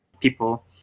people